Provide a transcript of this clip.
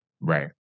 Right